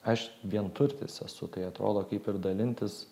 aš vienturtis esu tai atrodo kaip ir dalintis